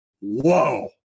whoa